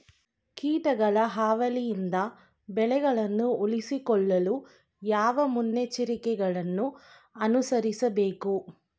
ಕೀಟಗಳ ಹಾವಳಿಯಿಂದ ಬೆಳೆಗಳನ್ನು ಉಳಿಸಿಕೊಳ್ಳಲು ಯಾವ ಮುನ್ನೆಚ್ಚರಿಕೆಗಳನ್ನು ಅನುಸರಿಸಬೇಕು?